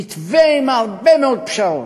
מתווה עם הרבה מאוד פשרות.